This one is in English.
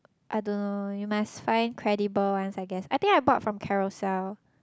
I don't know you must find credible ones I guess I think I bought from Carousell